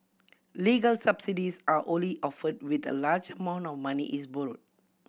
legal subsidies are only offered when a large amount of money is borrowed